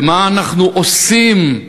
ומה אנחנו עושים,